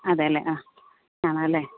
അതെ അല്ലേ ആ കാണാമല്ലേ